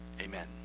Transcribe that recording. Amen